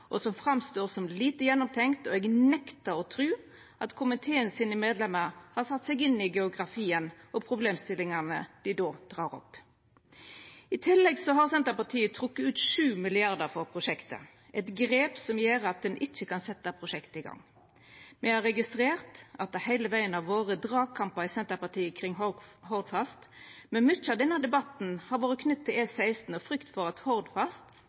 og som står fram som lite gjennomtenkt. Eg nektar å tru at komitémedlemene har sett seg inn i geografien og problemstillingane dei då tek opp. I tillegg har Senterpartiet trekt ut 7 mrd. kr frå prosjektet, eit grep som gjer at ein ikkje kan setja prosjektet i gang. Vi har registrert at det heile vegen har vore dragkampar i Senterpartiet kring Hordfast. Mykje av denne debatten har vore knytt til E16 og frykt for at Hordfast